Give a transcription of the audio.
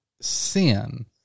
sin